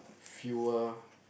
fewer